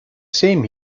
same